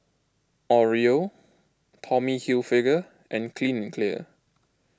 Oreo Tommy Hilfiger and Clean and Clear